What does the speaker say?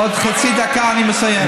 עוד חצי דקה אני מסיים.